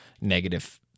negative